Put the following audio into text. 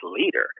leader